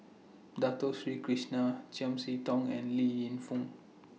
Dato Sri Krishna Chiam See Tong and Li Yingfung